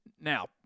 Now